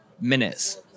minutes